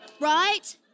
right